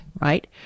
Right